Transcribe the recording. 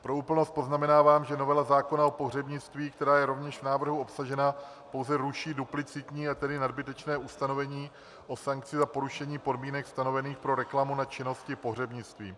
Pro úplnost poznamenávám, že novela zákona o pohřebnictví, která je rovněž v návrhu obsažena, pouze ruší duplicitní, a tedy nadbytečné ustanovení o sankci za porušení podmínek stanovených pro reklamu na činnosti pohřebnictví.